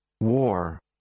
war